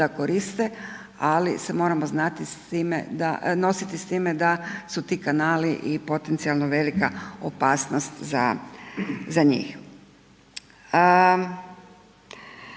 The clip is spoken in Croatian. da koriste, ali se moramo znati nositi s time da su ti kanali i potencijalno velika opasnost za njih.